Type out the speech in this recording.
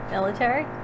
Military